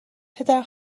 پدر